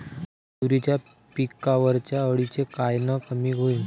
तुरीच्या पिकावरच्या अळीले कायनं कमी करू?